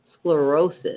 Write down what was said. sclerosis